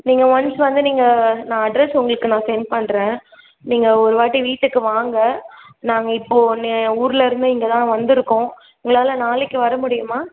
நீங்கள் ஒன்ஸ் வந்து நீங்கள் நான் அட்ரஸ் உங்களுக்கு நான் சென்ட் பண்ணுறேன் நீங்கள் ஒரு வாட்டி வீட்டுக்கு வாங்க நாங்கள் இப்போது ஊரில் இருந்து இங்கே தான் வந்திருக்கோம் உங்களால் நாளைக்கு வர முடியுமா